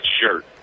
shirt